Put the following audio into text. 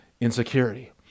insecurity